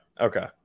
Okay